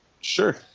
Sure